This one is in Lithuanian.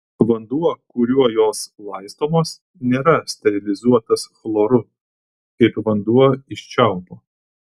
vanduo kuriuo jos laistomos nėra sterilizuotas chloru kaip vanduo iš čiaupo